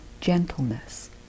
gentleness